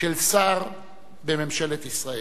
של שר בממשלת ישראל.